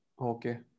Okay